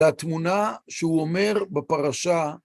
לתמונה שהוא אומר בפרשה